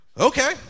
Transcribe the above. okay